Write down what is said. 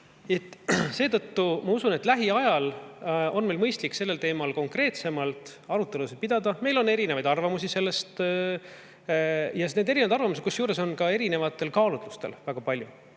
Seetõttu ma usun, et lähiajal on meil mõistlik sellel teemal konkreetsemalt arutelusid pidada. Meil on erinevaid arvamusi. Kusjuures erinevaid arvamusi on erinevatel kaalutlustel väga palju.